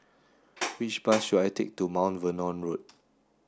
which bus should I take to Mount Vernon Road